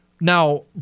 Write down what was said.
Now